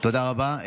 תודה רבה.